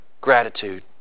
gratitude